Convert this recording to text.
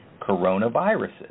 coronaviruses